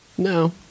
No